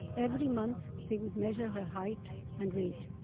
every month they would measure her height height and weight,